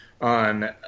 On